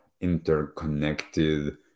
interconnected